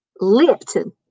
Lipton